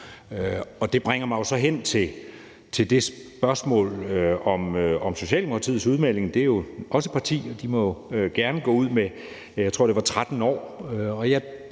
Det bringer mig så hen til det spørgsmål om Socialdemokratiets udmelding. Det er jo også et parti, og de må gerne gå ud med, jeg